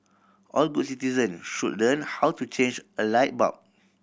all good citizen should learn how to change a light bulb